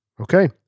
okay